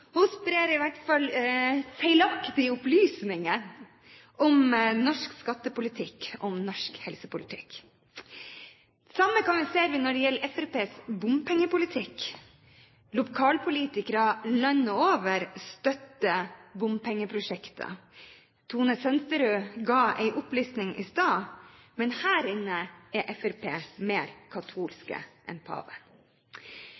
hun reiser rundt i utlandet og sprer – jeg vet ikke om «løgner» er et parlamentarisk uttrykk – feilaktige opplysninger om norsk skattepolitikk og om norsk helsepolitikk. Det samme kan vi si når det gjelder Fremskrittspartiets bompengepolitikk. Lokalpolitikere landet over støtter bompengeprosjekter. Tone Merete Sønsterud ga en opplisting i stad, men